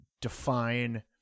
define